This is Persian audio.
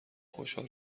خوشحال